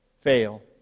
fail